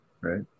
right